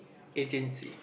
agency